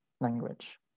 language